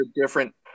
different